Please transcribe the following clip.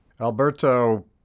Alberto